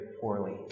poorly